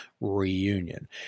reunion